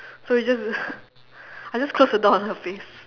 so we just I just close the door on her face